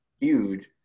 huge